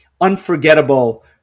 unforgettable